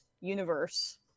universe